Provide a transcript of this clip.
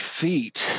feet